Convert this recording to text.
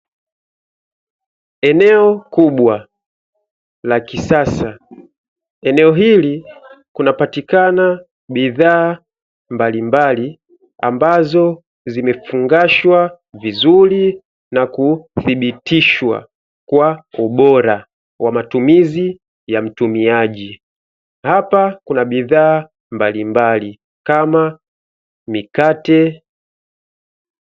Eneo kubwa la kisasa, eneo hili kunapatikana bidhaa mbalimbali ambazo zimefungashwa vizuri na kuthibitishwa kwa ubora, wa matumizi ya mtumiaji, hapa kuna bidhaa mbalimbali kama mikate.